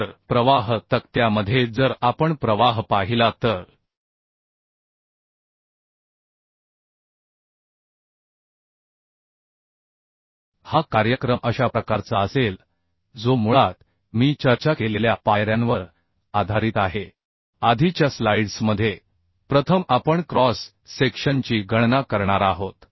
तर प्रवाह तक्त्यामध्ये जर आपण प्रवाह पाहिला तर हा कार्यक्रम अशा प्रकारचा असेल जो मुळात मी चर्चा केलेल्या पायऱ्यांवर आधारित आहे आधीच्या स्लाईड्समध्ये प्रथम आपण क्रॉस सेक्शनची गणना करणार आहोत